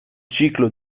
ciclo